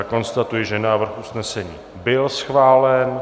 Konstatuji, že návrh usnesení byl schválen.